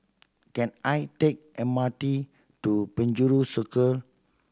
can I take M R T to Penjuru Circle